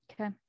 Okay